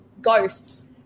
ghosts